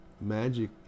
magic